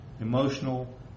emotional